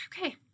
okay